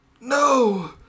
No